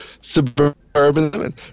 suburban